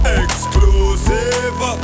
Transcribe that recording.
exclusive